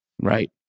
Right